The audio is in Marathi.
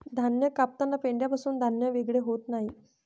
धान्य कापताना पेंढ्यापासून धान्य वेगळे होत नाही